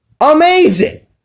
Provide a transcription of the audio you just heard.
Amazing